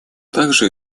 также